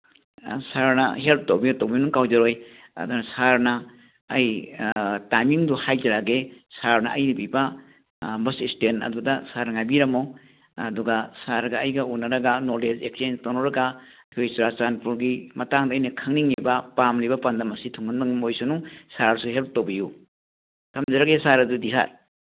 ꯁꯔꯅ help ꯇꯧꯕꯤꯕꯒꯤ ꯇꯧꯕꯤꯃꯜ ꯀꯥꯎꯖꯔꯣꯏ ꯑꯗꯨꯅ ꯁꯥꯔꯅ ꯑꯩ ꯇꯥꯏꯃꯤꯡꯗꯨꯨ ꯍꯥꯏꯖꯔꯛꯑꯒꯦ ꯁꯥꯔꯅ ꯍꯥꯏꯕꯤꯕ ꯕꯁ ꯏꯁ꯭ꯇꯦꯁꯟ ꯑꯗꯨꯗ ꯁꯥꯔꯅ ꯉꯥꯏꯕꯤꯔꯝꯃꯣ ꯑꯗꯨꯒ ꯁꯥꯔꯒ ꯑꯩꯒ ꯎꯅꯔꯒ ꯅꯣꯂꯦꯖ ꯑꯦꯛꯆꯦꯟꯁ ꯇꯧꯅꯔꯒ ꯑꯩꯈꯣꯏꯒꯤ ꯆꯨꯔꯥꯆꯥꯟꯄꯨꯔꯒꯤ ꯃꯇꯥꯡꯗ ꯑꯩꯅ ꯈꯪꯅꯤꯡꯏꯕ ꯄꯥꯝꯂꯤꯕ ꯄꯥꯟꯗꯝ ꯑꯁꯤ ꯊꯨꯡꯍꯟꯕ ꯉꯝꯕ ꯑꯣꯏꯁꯅꯨ ꯁꯥꯔꯁꯨ ꯍꯦꯜꯞ ꯇꯧꯕꯤꯌꯨ ꯊꯝꯖꯔꯒꯦ ꯁꯥꯔ ꯑꯗꯨꯗꯤ ꯁꯥꯔ